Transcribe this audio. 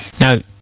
No